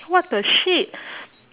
what the shit